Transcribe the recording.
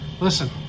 Listen